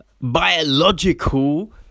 Biological